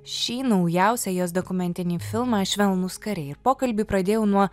šį naujausią jos dokumentinį filmą švelnūs kariai pokalbį pradėjau nuo